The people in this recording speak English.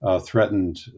threatened